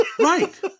Right